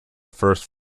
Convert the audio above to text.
first